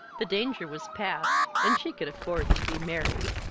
the danger was past, and she could afford to be merry.